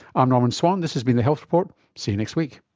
i'm norman swan, this has been the health report. see you next week